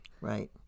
right